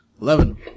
Eleven